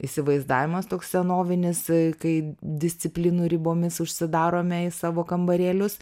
įsivaizdavimas toks senovinis kai disciplinų ribomis užsidarome į savo kambarėlius